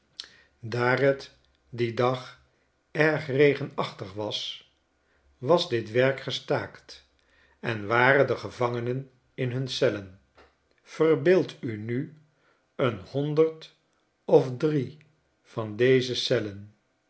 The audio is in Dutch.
daar t dien dag erg regenachtig was was dit werk gestaakt en waren de gevangenen in hun cellen verbeeld u nu een honderd of drie van deze cellen